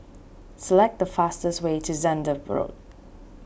select the fastest way to Zehnder Road